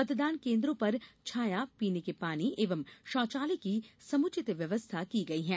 मतदान केन्द्रों पर छाया पीने के पानी एवं शौचालय की समुचित व्यवस्था की गई है